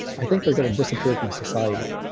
i think they're going to disappear from society.